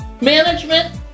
management